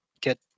get